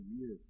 years